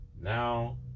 now